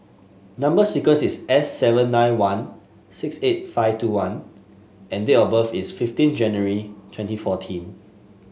number sequence is S seven nine one six eight five two one and date of birth is fifteen January twenty fourteen